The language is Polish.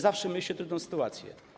Zawsze mieliście trudną sytuację?